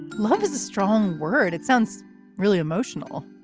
love is a strong word. it sounds really emotional.